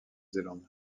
zélande